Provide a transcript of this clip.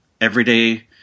everyday